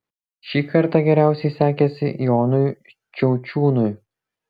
šį kartą geriausiai sekėsi jonui šiaučiūnui